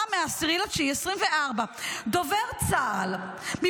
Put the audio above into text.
מ-10 בספטמבר 2024. מה